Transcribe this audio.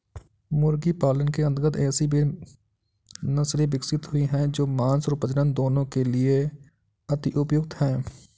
मुर्गी पालन के अंतर्गत ऐसी भी नसले विकसित हुई हैं जो मांस और प्रजनन दोनों के लिए अति उपयुक्त हैं